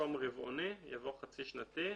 במקום "רבעוני" יבוא "חצי-שנתי"